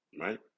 Right